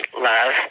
love